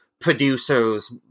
producers